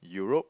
Europe